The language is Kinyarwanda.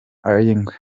ay’ingwe